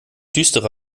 düstere